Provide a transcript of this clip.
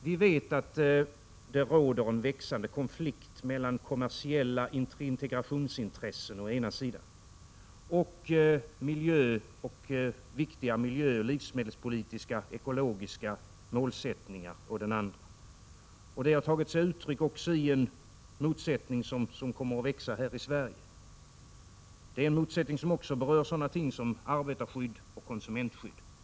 Vi vet att det råder en växande konflikt mellan kommersiella integrationsintressen å ena sidan och viktiga miljöoch livsmedelspolitiska och ekologiska målsättningar å den andra. Detta har också tagit sig uttryck i en motsättning som kommer att växa här i Sverige. Det är en motsättning som berör även sådana ting som arbetarskydd och konsumentskydd.